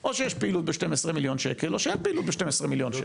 או שיש פעילות ב-12 מיליון שקל או שאין פעילות ב-12 מיליון שקל.